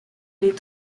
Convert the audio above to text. est